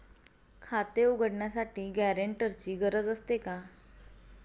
खाते उघडण्यासाठी गॅरेंटरची गरज असते का?